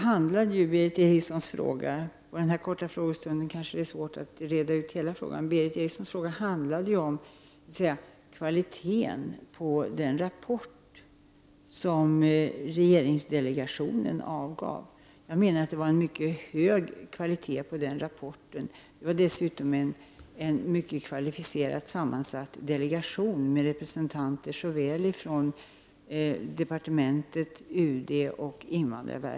Herr talman! På en kort frågestund är det svårt att reda ut hela detta problem, och Berith Erikssons fråga gällde kvaliteten på den rapport som regeringsdelegationen avgav. Jag anser att den rapporten har en mycket hög kvalitet. Delegationen hade dessutom en mycket kvalificerad sammansättning, med representanter både för utrikesdepartementet och för invandrarverket.